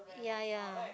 yeah yeah